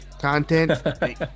content